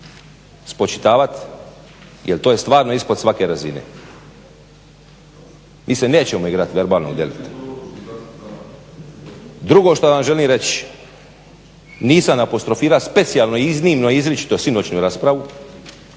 spočitavat jer to je stvarno ispod svake razine. Mi se nećemo igrat verbalnog delikta. Drugo što vam želim reći, nisam apostrofirao specijalno, iznimno i izričito sinoćnju raspravu,